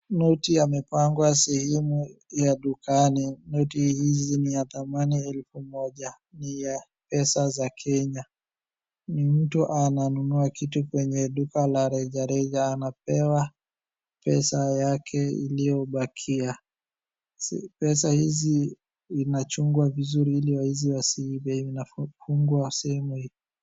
Noti yamepangwa sehemu ya dukani. Noti hizi ni ya thamani elfu moja ni ya pesa za Kenya. Ni mtu ananunua kitu kwenye duka la reja reja anapewa pesa yake iliyobakia. Pesa hizi inachungwa vizuri ili waizi wasiibe ina fungwa sehemu hii.